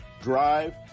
drive